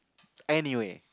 anyway